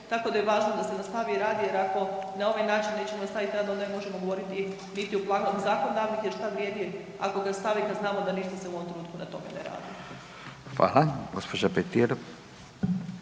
tako da je važno da se nastavi rad jer ako na ovaj način nećemo nastaviti rad, onda ne možemo govoriti niti .../Govornik se ne razumije./... jer što vrijedi ako ga stave kad znamo da ništa se u ovom trenutku na tome ne radi. **Radin, Furio